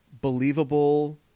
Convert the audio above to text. believable